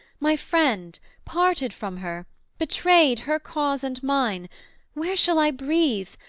my friend parted from her betrayed her cause and mine where shall i breathe?